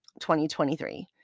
2023